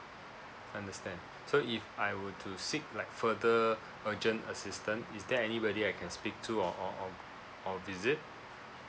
understand so if I were to seek like further urgent assistance is there anybody I can speak to or or or or visit